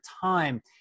time